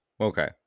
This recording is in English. Okay